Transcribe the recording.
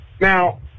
Now